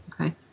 okay